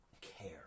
care